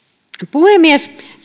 puhemies